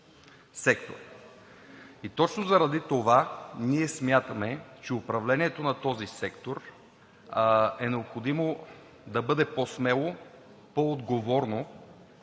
кризата. И точно заради това ние смятаме, че управлението на този сектор е необходимо да бъде по-смело, по отговорно